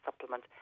supplement